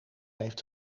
heeft